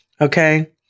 Okay